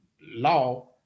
law